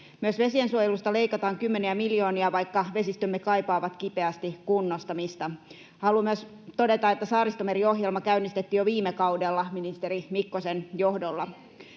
Myös vesiensuojelusta leikataan kymmeniä miljoonia, vaikka vesistömme kaipaavat kipeästi kunnostamista. Haluan myös todeta, että Saaristomeri-ohjelma käynnistettiin jo viime kaudella ministeri Mikkosen johdolla.